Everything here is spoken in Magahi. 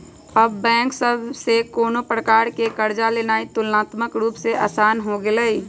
अब बैंक सभ से कोनो प्रकार कें कर्जा लेनाइ तुलनात्मक रूप से असान हो गेलइ